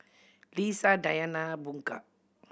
Lisa Dayana Bunga